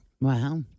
Wow